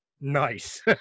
nice